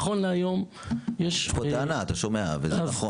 נכון להיום --- יש פה טענה, אתה שומע, וזה נכון.